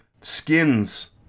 skins